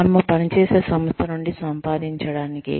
మనము పనిచేసే సంస్థ నుండి సంపాదించడానికి